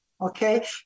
Okay